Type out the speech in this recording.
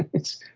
it's,